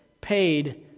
paid